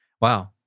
Wow